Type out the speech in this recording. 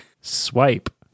Swipe